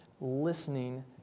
listening